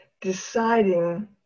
deciding